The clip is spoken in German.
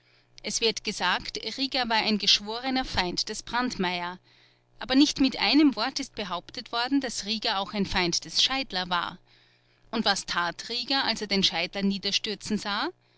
es wird gesagt rieger war ein geschworener feind des brandmeier aber nicht mit einem wort ist behauptet worden daß rieger auch ein feind des scheidler war und was tat rieger als er den scheidler niederstürzen sah